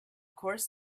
course